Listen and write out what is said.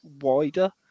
wider